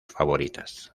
favoritas